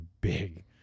big